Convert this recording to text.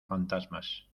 fantasmas